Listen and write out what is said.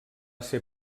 ser